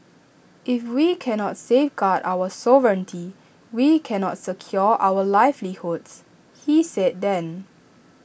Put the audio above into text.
if we can not safeguard our sovereignty we can not secure our livelihoods he said then